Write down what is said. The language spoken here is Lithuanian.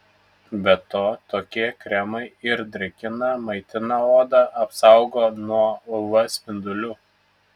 be to tokie kremai ir drėkina maitina odą apsaugo nuo uv spindulių